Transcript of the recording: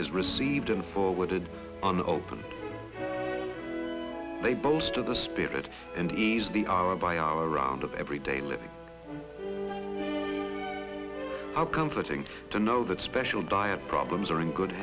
is received and forwarded on the open they boast of the spirit and ease the hour by hour round of everyday living how comforting to know that special diet problems are in good